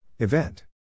Event